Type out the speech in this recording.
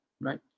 right